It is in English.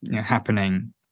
happening